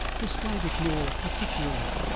describe it more particularly.